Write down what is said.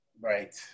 Right